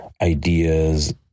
ideas